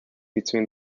between